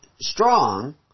strong